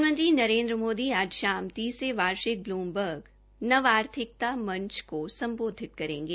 प्रधानमंत्री नरेन्द्र मोदी आज शाम तीसरे वार्षिक ब्लूमवर्ग नव आर्थिकता मंच को सम्बोधित करेंगे